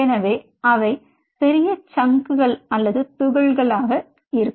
எனவே அவை பெரிய ச்சங்குகள் துகள்களாக இருக்கும்